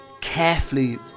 carefully